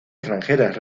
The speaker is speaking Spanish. extranjeras